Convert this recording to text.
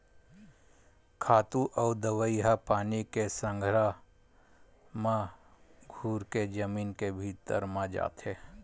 खातू अउ दवई ह पानी के संघरा म घुरके जमीन के भीतरी म जाथे